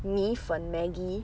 米粉 Maggi